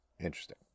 Interesting